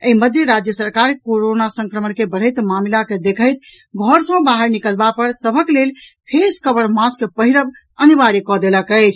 एहि मध्य राज्य सरकार कोरोना संक्रमण के बढ़ैत मामिला के देखैत घर सँ बाहर निकलबा पर सभक लेल फेस कवर मास्क पहिरब अनिवार्य कऽ देलक अछि